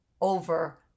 over